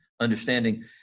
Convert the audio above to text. understanding